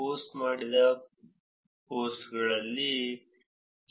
post ಮಾಡಿದ ಪೋಸ್ಟ್ಗಳಲ್ಲಿ 0